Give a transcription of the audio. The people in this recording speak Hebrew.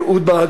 אהוד ברק,